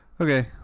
Okay